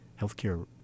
healthcare